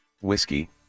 Whiskey